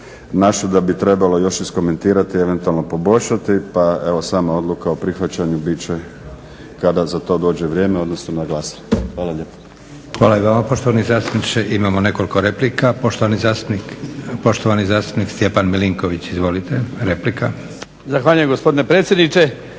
našli da bi trebalo još iskomentirati, eventualno poboljšati. Pa evo sama odluka o prihvaćanju biti će kada za to dođe vrijeme, odnosno na …/Govornik se ne razumije./… **Leko, Josip (SDP)** Hvala i vama poštovani zastupniče. Imamo nekoliko replika. Poštovani zastupnik Stjepan Milinković. Izvolite, replika. **Milinković, Stjepan